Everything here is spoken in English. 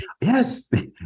yes